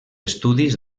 estudis